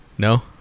No